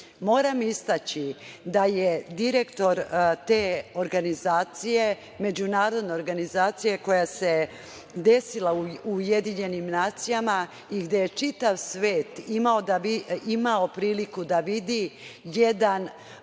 istaći da je direktor te organizacije, međunarodne organizacije koja se desila u UN i gde je čitav svet imao priliku da vidi jedan